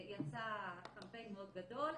יצא קמפיין מאוד גדול.